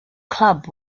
club